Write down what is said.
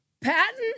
Patton